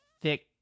thick